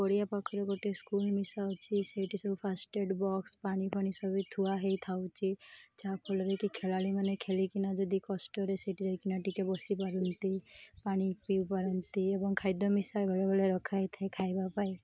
ଓଡ଼ିଆ ପାଖରେ ଗୋଟେ ସ୍କୁଲ ମିଶା ଅଛି ସେଇଠି ସବୁ ଫାଷ୍ଟେଡ଼୍ ବକ୍ସ ପାଣି ଫଣି ସବୁ ଥୁଆ ହେଇଥାଉଛି ଯାହାଫଳରେ କି ଖେଳାଳିମାନେ ଖେଳିକିନା ଯଦି କଷ୍ଟରେ ସେଠି ଯାଇକିନା ଟିକେ ବସିପାରନ୍ତି ପାଣି ପିଇପାରନ୍ତି ଏବଂ ଖାଦ୍ୟ ମିଶା ବେଳେବେଳେ ରଖାହେଇଥାଏ ଖାଇବା ପାଇଁ